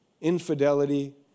infidelity